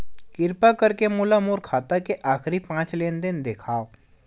किरपा करके मोला मोर खाता के आखिरी पांच लेन देन देखाव